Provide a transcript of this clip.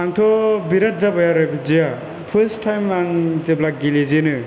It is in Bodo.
आंथ' बिराद जाबाय आरो बिदिया फार्स्ट टाइम जेब्ला आं गेलेजेनो